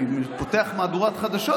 אני פותח מהדורת חדשות,